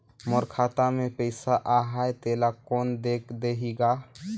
मोर खाता मे पइसा आहाय तेला कोन देख देही गा?